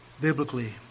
biblically